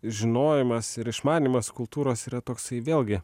žinojimas ir išmanymas kultūros yra toksai vėlgi